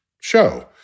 show